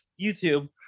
YouTube